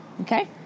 okay